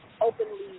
openly